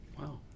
wow